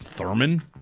Thurman